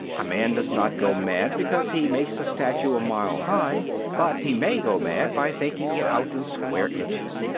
a man does not go mad because he makes a statue a mile high, but he may go mad by thinking it out in square inches.